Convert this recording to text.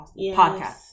podcast